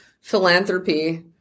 philanthropy